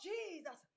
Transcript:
Jesus